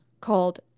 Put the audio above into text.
called